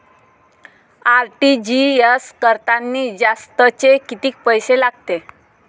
RTGS करतांनी जास्तचे कितीक पैसे लागते?